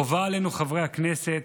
חובה עלינו, חברי הכנסת,